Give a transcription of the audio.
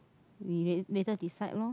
we later decide loh